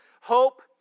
Hope